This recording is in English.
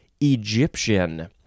Egyptian